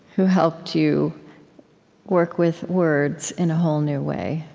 who helped you work with words in a whole new way.